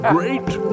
Great